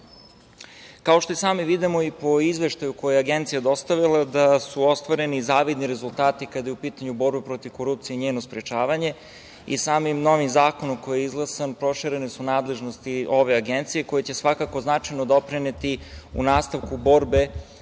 što i sami vidimo i po izveštaju koji je Agencija dostavila da su ostvareni zavidni rezultati kada je u pitanju borba protiv korupcije i njeno sprečavanje.I samim novim zakonom koji je izglasan proširene su nadležnosti ove Agencije, koji će svakako značajno doprineti u nastavku borbe